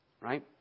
Right